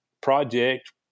project